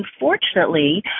unfortunately